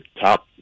top